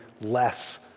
less